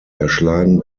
erschlagen